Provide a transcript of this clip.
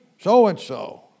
so-and-so